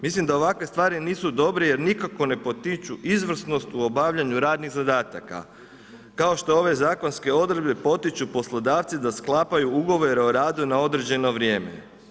Mislim da ovakve stvari nisu dobre jer nikako ne potiču izvrsnost u obavljanju radnih zakona, kao što ove zakonske odredbe potiču poslodavci da sklapaju ugovore o radu na određeno vrijeme.